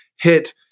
hit